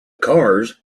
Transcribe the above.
cars